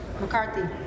McCarthy